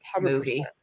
movie